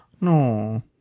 No